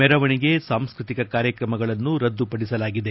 ಮೆರವಣಿಗೆ ಸಾಂಸ್ಕೃತಿಕ ಕಾರ್ಯಕ್ರಮಗಳನ್ನು ರದ್ದು ಪಡಿಸಲಾಗಿದೆ